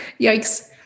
yikes